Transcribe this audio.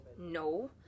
No